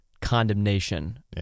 condemnation